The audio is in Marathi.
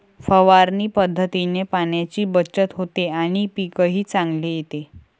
फवारणी पद्धतीने पाण्याची बचत होते आणि पीकही चांगले येते